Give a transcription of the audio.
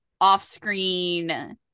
off-screen